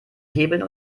hebeln